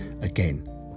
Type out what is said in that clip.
again